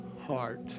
heart